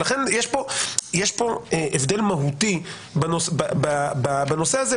לכן יש פה הבדל מהותי בנושא הזה,